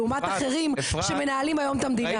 לעומת אחרים שמנהלים היום את המדינה.